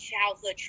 childhood